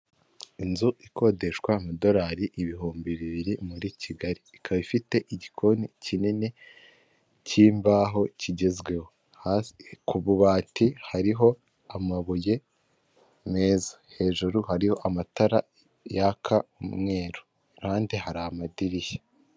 Inzu ikodeshwa amadolari ibihumbi bibiri, muri Kigali. Ikaba ifite igikoni kinini cy'imbaho, kigezweho. Ku bubati hariho amabuye meza. Hejuru hari amatara yaka umweru. Iruhande hari amadirishya.